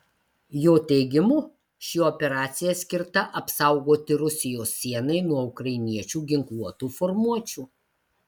jo teigimu ši operacija skirta apsaugoti rusijos sienai nuo ukrainiečių ginkluotų formuočių